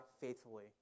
faithfully